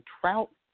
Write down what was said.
Trout